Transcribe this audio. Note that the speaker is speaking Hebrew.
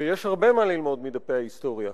ויש הרבה מה ללמוד מדפי ההיסטוריה.